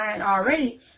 already